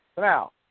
Now